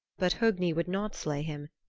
but hogni would not slay him,